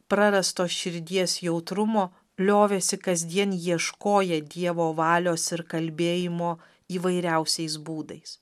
prarasto širdies jautrumo liovėsi kasdien ieškoję dievo valios ir kalbėjimo įvairiausiais būdais